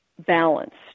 balanced